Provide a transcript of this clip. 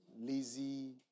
lazy